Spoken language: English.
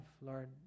Lord